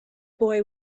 boy